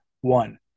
One